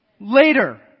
Later